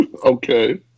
Okay